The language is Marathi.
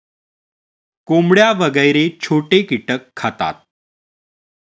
कोंबड्या वगैरे छोटे कीटक खातात